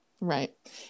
Right